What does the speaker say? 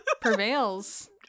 prevails